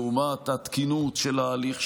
לעומת התקינות של ההליך,